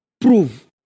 prove